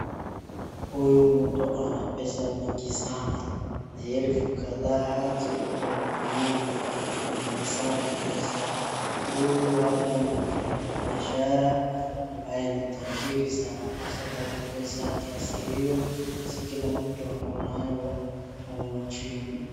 Huyu mtu ana pesa nyingi sana, ni elfu kadhaa ziko kwa mkononi anahesabu pesa, huyu labda ni mwanabiashara ambaye ni tajiri sana kwasababu pesa kiasi hiyo si kila mtu ako nayo humu nchini.